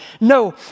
No